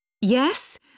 Yes